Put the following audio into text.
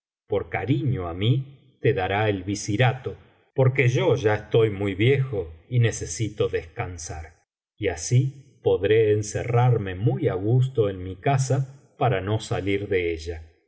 por cariño á mí te dará el visirato porque yo tumo ii a biblioteca valenciana generalitat valenciana las mil noches y una noche ya estoy muy viejo y necesito descansar y así podré encerrarme muy á gusto en mi casa para no salir de ella